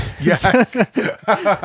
Yes